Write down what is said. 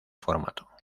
formato